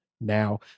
now